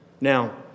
Now